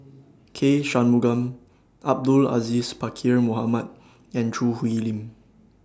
K Shanmugam Abdul Aziz Pakkeer Mohamed and Choo Hwee Lim